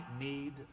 need